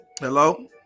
Hello